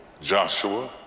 Joshua